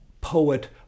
poet